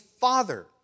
Father